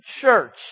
church